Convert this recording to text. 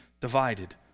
divided